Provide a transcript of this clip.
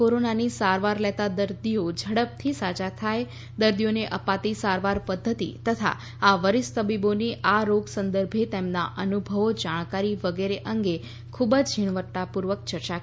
corona ની સારવાર લેતા દર્દીઓ ઝડપથી સાજા થાય દર્દીઓને અપાતી સારવાર પદ્ધતિ આ વરિ ષ્ઠ તબીબોની આ રોગ સંદર્ભે તેમના અનુભવો જાણકારી વગેરે અંગે ખૂબ જ ઝીણવટપૂર્વક ચર્ચા કરી હતી